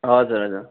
हजुर हजुर